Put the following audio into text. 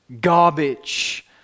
garbage